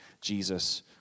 Jesus